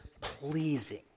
pleasing